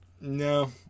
No